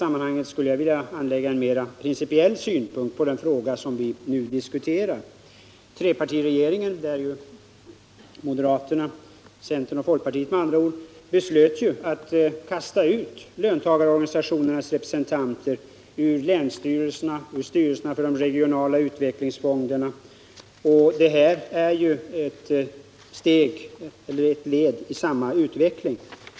Jag skulle därför vilja anlägga en mer principiell synpunkt på den fråga som vi nu diskuterar. Trepartiregeringen — moderaterna, centern och folkpartiet med andra ord — beslöt ju att kasta ut löntagarorganisationernas represen tanter ur länsstyrelserna och styrelserna för de regionala utvecklingsfonderna. Det här är ett led i samma utveckling.